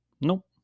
nope